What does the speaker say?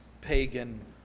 pagan